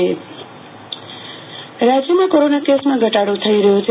આરતી ભટ રાજય કોરોના ઃ રાજયમાં કોરોના કેસમાં ઘટાડો થઈ રહયો છે